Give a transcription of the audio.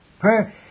Prayer